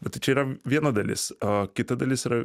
bet tai čia yra viena dalis o kita dalis yra